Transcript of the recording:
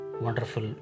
wonderful